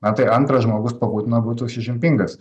na tai antras žmogus po putino būtų ši džimpingas